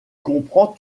comprend